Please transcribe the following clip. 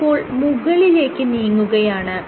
tip ഇപ്പോൾ മുകളിലേക്ക് നീങ്ങുകയാണ്